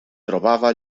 trobava